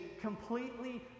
completely